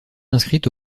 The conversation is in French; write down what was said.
inscrite